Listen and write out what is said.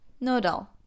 Noodle